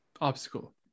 obstacle